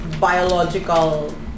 biological